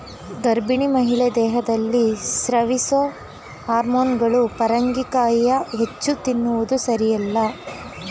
ಗರ್ಭಿಣಿ ಮಹಿಳೆ ದೇಹದಲ್ಲಿ ಸ್ರವಿಸೊ ಹಾರ್ಮೋನುಗಳು ಪರಂಗಿಕಾಯಿಯ ಹೆಚ್ಚು ತಿನ್ನುವುದು ಸಾರಿಯಲ್ಲ